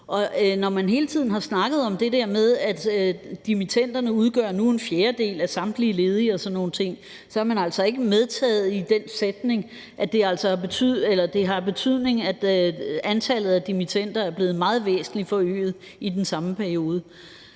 Når man hele tiden har snakket om det der med, at dimittenderne nu udgør en fjerdedel af samtlige ledige og sådan nogle ting, så har man altså ikke medtaget i den sætning, at det altså har betydning, at antallet af dimittender er blevet væsentlig forøget i den samme periode.